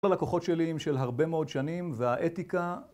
הלקוחות שלי הם של הרבה מאוד שנים והאתיקה